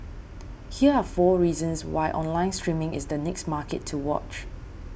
here are four reasons why online streaming is the next market to watch